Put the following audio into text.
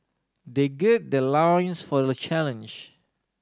they gird their loins for the challenge